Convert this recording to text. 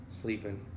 sleeping